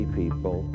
people